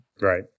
Right